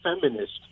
feminist